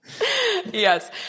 Yes